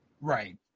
Right